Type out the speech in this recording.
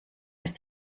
ist